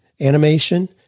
animation